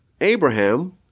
Abraham